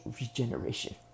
regeneration